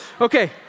Okay